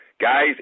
guys